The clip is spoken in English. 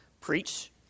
preach